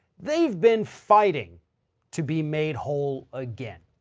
they've been fighting to be made whole again.